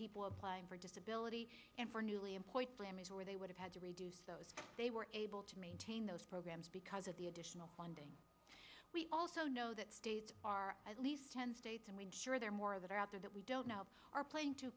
people applying for disability and for newly employed claim is where they would have had to reduce those we're able to maintain those programs because of the additional funding we also know that states are at least ten states and we sure there more that are out there that we don't know are playing to